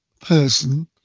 person